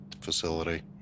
facility